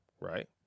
right